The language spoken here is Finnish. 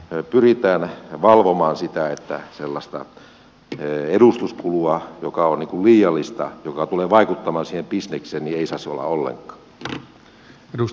pikemminkin pyritään valvomaan sitä että sellaista edustuskulua joka on liiallista joka tulee vaikuttamaan siihen bisnekseen ei saisi olla ollenkaan